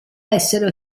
essere